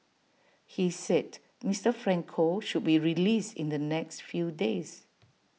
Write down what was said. he said Mister Franco should be released in the next few days